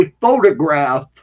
photograph